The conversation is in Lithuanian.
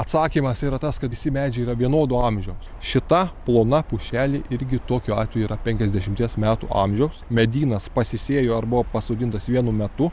atsakymas yra tas kad visi medžiai yra vienodo amžiaus šita plona pušelė irgi tokiu atveju yra penkiasdešimties metų amžiaus medynas pasisėjo ar buvo pasodintas vienu metu